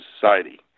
Society